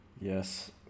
Yes